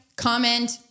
Comment